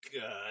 God